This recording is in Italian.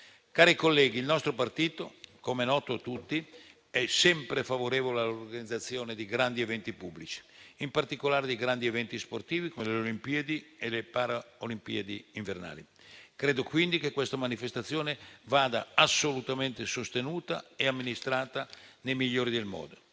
Cari colleghi, il nostro partito, com'è noto a tutti, è sempre favorevole all'organizzazione di grandi eventi pubblici, in particolare di grandi eventi sportivi come le Olimpiadi e le Paralimpiadi invernali. Credo quindi che questa manifestazione debba essere assolutamente sostenuta e amministrata nel miglior modo.